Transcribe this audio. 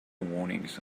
warnings